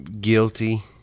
guilty